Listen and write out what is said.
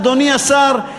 אדוני השר,